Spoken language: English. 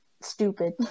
stupid